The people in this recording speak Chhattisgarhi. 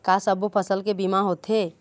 का सब्बो फसल के बीमा होथे?